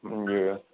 जी